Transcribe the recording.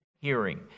Hearing